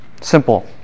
Simple